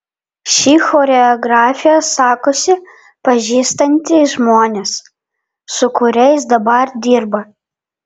ši choreografė sakosi pažįstanti žmones su kuriais dabar dirba